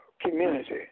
community